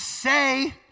Say